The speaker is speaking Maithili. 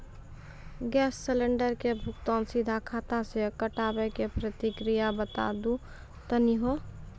गैस सिलेंडर के भुगतान सीधा खाता से कटावे के प्रक्रिया बता दा तनी हो?